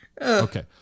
Okay